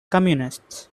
communists